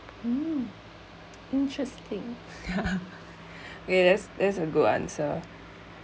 uh interesting okay that's that's a good answer